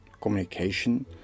communication